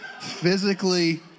physically